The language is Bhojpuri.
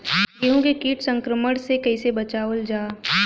गेहूँ के कीट संक्रमण से कइसे बचावल जा?